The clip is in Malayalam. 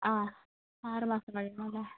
ആ ആറ് മാസം കഴിയുമ്പോൾ അല്ലേ